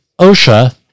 OSHA